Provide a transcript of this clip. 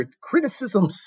criticism